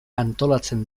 antolatzen